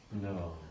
No